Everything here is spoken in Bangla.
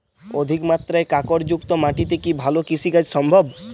অধিকমাত্রায় কাঁকরযুক্ত মাটিতে কি ভালো কৃষিকাজ সম্ভব?